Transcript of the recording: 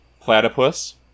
Platypus